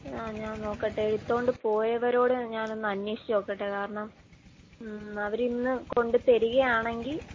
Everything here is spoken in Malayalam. ആ ഞാൻ നോക്കട്ടെ എടുത്തോണ്ട് പോയവരോട് ഞാൻ ഒന്ന് അന്വേഷിച്ച് നോക്കട്ടെ കാരണം അവരിന്ന് കൊണ്ട് തരികയാണെങ്കിൽ